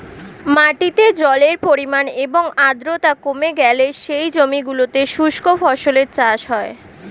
মাটিতে জলের পরিমাণ এবং আর্দ্রতা কমে গেলে সেই জমিগুলোতে শুষ্ক ফসলের চাষ হয়